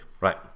Right